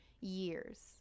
years